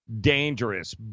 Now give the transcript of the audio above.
dangerous